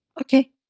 Okay